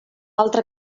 altra